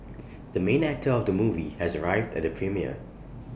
the main actor of the movie has arrived at the premiere